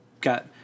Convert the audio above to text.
got